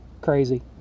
crazy